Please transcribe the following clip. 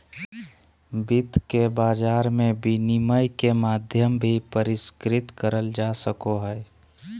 वित्त के बाजार मे विनिमय के माध्यम भी परिष्कृत करल जा सको हय